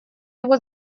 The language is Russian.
его